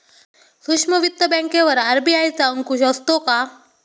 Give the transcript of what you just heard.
सूक्ष्म वित्त बँकेवर आर.बी.आय चा अंकुश असतो का?